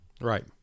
Right